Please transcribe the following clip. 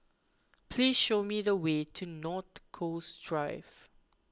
please show me the way to North Coast Drive